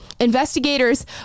Investigators